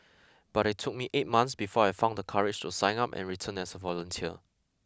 but it took me eight months before I found the courage to sign up and return as a volunteer